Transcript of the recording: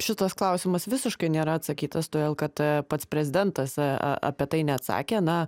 šitas klausimas visiškai nėra atsakytas todėl kad pats prezidentas apie tai neatsakė na